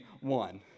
one